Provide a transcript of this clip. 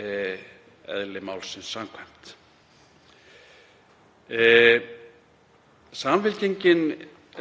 eðli málsins samkvæmt. Samfylkingin